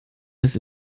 bis